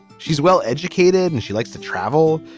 she's well educated and she likes to travel.